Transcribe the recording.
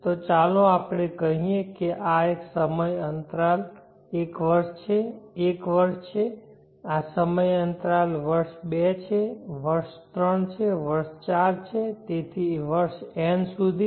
તો ચાલો આપણે કહીએ કે આ સમય અંતરાલ એક વર્ષ છે એક વર્ષ છે આ સમય અંતરાલ વર્ષ બે છે વર્ષ ત્રણ છે વર્ષ ચાર છે તેથી વર્ષ n સુધી